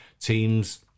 Teams